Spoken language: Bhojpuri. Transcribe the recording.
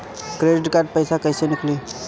क्रेडिट कार्ड से पईसा केइसे निकली?